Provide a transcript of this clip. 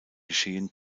geschehen